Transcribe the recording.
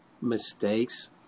mistakes